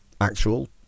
actual